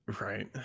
Right